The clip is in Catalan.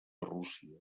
rússia